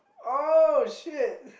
oh shit